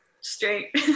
straight